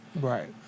Right